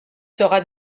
sera